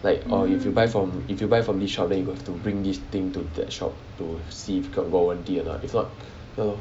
like or if you buy from if you buy from this shop then you got to bring this thing to that shop to see if got warranty or not if not